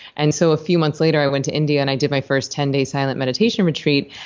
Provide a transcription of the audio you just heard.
and so a few months later i went to india and i did my first ten day silent meditation retreat.